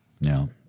No